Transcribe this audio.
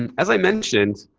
and as i mentioned,